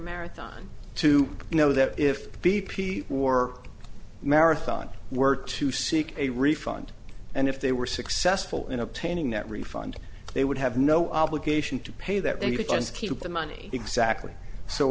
marathon to know that if b p or marathon were to seek a refund and if they were successful in obtaining that refund they would have no obligation to pay that then because keep the money exactly so